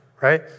right